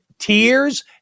Tears